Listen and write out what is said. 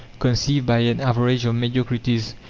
conceived by an average of mediocrities?